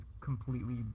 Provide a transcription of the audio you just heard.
completely